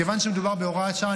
מכיוון שמדובר בהוראת שעה,